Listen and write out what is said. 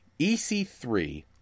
ec3